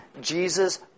Jesus